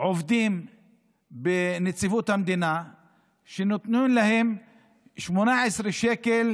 עובדים בנציבות המדינה שנתנו להם 18 שקל